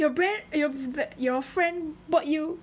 your friend your friend bought you